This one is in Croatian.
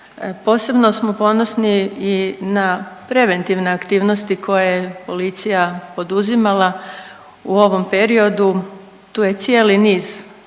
Posebno smo ponosni i na preventivne aktivnosti koje je policija poduzimala u ovom periodu. Tu je cijeli niza